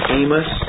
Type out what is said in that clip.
Amos